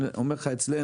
אני אומר לך אצלנו.